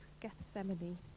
Gethsemane